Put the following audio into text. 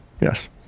yes